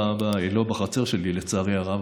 היא לא בחצר שלי לצערי הרב,